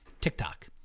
TikTok